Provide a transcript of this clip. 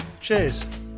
Cheers